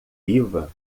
viva